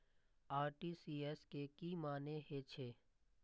RTGS के की मानें हे छे?